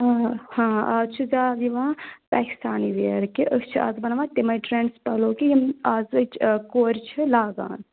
آ ہاں اَز چھِ زیادٕ یِوان پاکِستانی وِیر کہِ أسۍ چھِ اَز بَناوان تِمَے ٹرٛینٛڈس پَلو کہِ یِم اَزٕچ کورِ چھِ لاگان